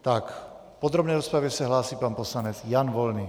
V podrobné rozpravě se hlásí pan poslanec Jan Volný.